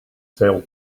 sell